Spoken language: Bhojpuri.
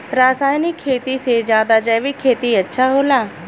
रासायनिक खेती से ज्यादा जैविक खेती अच्छा होला